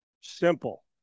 Simple